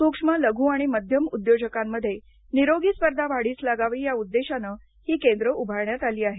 सूक्ष्म लघु आणि मध्यम उद्योजकांमध्ये निरोगी स्पर्धा वाढीस लागावी या उद्देशानं ही केंद्र उभारण्यात आली आहेत